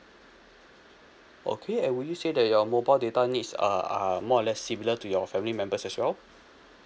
okay and would you say that your mobile data needs uh are more or less similar to your family members as well